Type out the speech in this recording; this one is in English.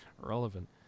relevant